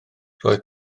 roedd